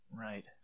Right